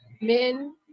men